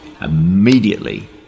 Immediately